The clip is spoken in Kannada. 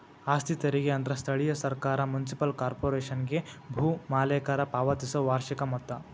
ಆಸ್ತಿ ತೆರಿಗೆ ಅಂದ್ರ ಸ್ಥಳೇಯ ಸರ್ಕಾರ ಮುನ್ಸಿಪಲ್ ಕಾರ್ಪೊರೇಶನ್ಗೆ ಭೂ ಮಾಲೇಕರ ಪಾವತಿಸೊ ವಾರ್ಷಿಕ ಮೊತ್ತ